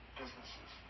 businesses